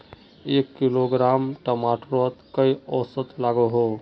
एक किलोग्राम टमाटर त कई औसत लागोहो?